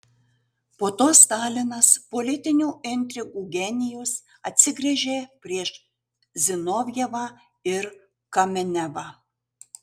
po to stalinas politinių intrigų genijus atsigręžė prieš zinovjevą ir kamenevą